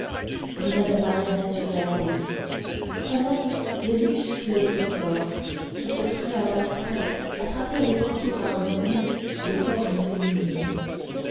rien ne paraît naturel en lui pas même les muscles de son corps qui se fraient un passage à travers les contours harmonieux de formes féminines